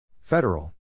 Federal